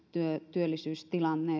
työllisyystilanne